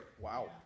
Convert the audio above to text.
Wow